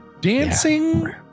dancing